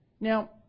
Now